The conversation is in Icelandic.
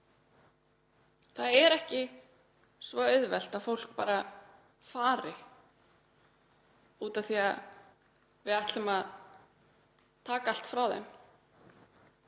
Það er ekki svo einfalt að fólk fari bara af því að við ætlum að taka allt frá þeim.